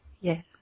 Yes